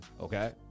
okay